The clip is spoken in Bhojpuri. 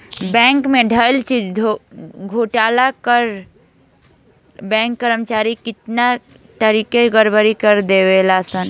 बैंक में धइल चीज के घोटाला करे ला बैंक कर्मचारी कितना तारिका के गड़बड़ी कर देवे ले सन